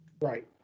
Right